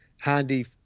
handy